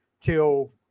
till